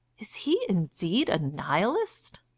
is he indeed a nihilist?